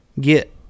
get